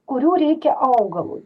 kurių reikia augalui